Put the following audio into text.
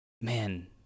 Man